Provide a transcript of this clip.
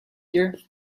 here